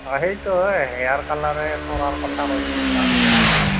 অঁ সেইটো হেয়াৰ কালাৰেই কৰাৰ কথা কৈছোঁ তাৰমানে আমাৰ